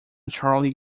charlie